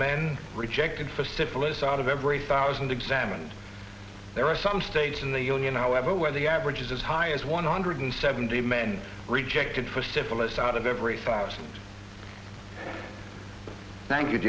men rejected for syphilis out of every thousand examined there are some states in the union however where the average is as high as one hundred seventy men rejected for syphilis out of every